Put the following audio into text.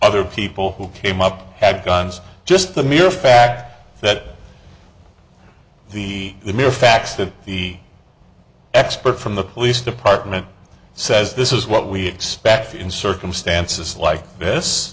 other people who came up had guns just the mere fact that the mere facts of the expert from the police department says this is what we expect in circumstances like this